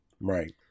right